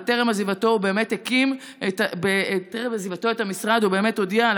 וטרם עזיבתו את המשרד הוא באמת הודיע על